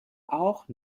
auch